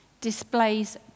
displays